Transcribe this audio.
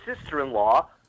sister-in-law